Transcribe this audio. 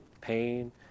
pain